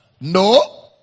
no